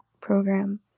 program